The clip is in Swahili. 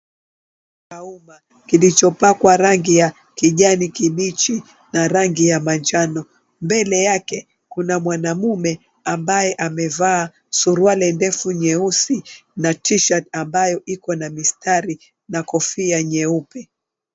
Choo cha uma kilichopakwa rangi ya kijani kibichi na rangi ya manjano. Mbele yake kuna mwanamume ambaye amevaa suruali ndefu nyeusi na t-shirt ambayo iko na mistari na kofia nyeupe.